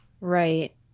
Right